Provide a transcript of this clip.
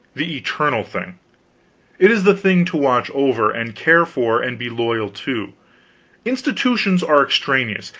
the eternal thing it is the thing to watch over, and care for, and be loyal to institutions are extraneous,